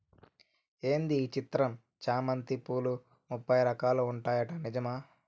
ఏంది ఈ చిత్రం చామంతి పూలు ముప్పై రకాలు ఉంటాయట నిజమా